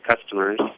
customers